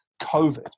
COVID